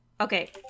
Okay